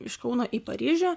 iš kauno į paryžių